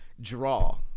draw